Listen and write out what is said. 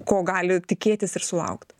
ko gali tikėtis ir sulaukt